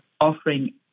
offering